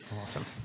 Awesome